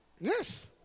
Yes